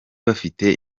bafite